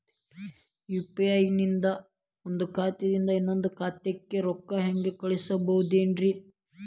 UPI ನಿಂದ ಒಂದ್ ಖಾತಾದಿಂದ ಇನ್ನೊಂದು ಖಾತಾಕ್ಕ ರೊಕ್ಕ ಹೆಂಗ್ ಕಳಸ್ಬೋದೇನ್ರಿ?